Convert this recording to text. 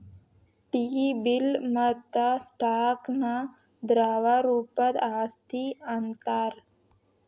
T bill ಮತ್ತ stock ನ ದ್ರವ ರೂಪದ್ ಆಸ್ತಿ ಅಂತಾರ್